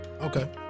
okay